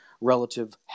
relative